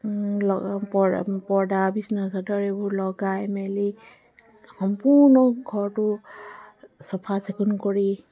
পৰ পৰ্দা বিচনা চাদৰ এইবোৰ লগাই মেলি সম্পূৰ্ণ ঘৰটো চফা চিকুণ কৰি